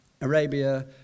Arabia